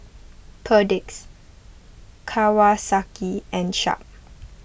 Perdix Kawasaki and Sharp